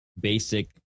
basic